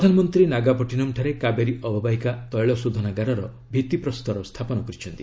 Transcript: ପ୍ରଧାନମନ୍ତ୍ରୀ ନାଗାପଟ୍ଟିନମ୍ ଠାରେ କାବେରୀ ଅବବାହିକା ତୈଳଶୋଧନାଗାରର ଭିଭିପ୍ରସ୍ତର ସ୍ଥାପନ କରିଛନ୍ତି